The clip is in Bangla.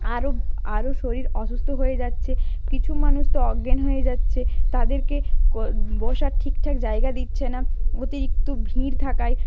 আরও আরও শরীর অসুস্থ হয়ে যাচ্ছে কিছু মানুষ তো অজ্ঞানই হয়ে যাচ্ছে তাদেরকে কর বসার ঠিক ঠাক জায়গা দিচ্ছে না অতিরিক্ত ভিড় থাকায়